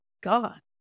God